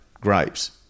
grapes